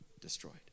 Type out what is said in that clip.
destroyed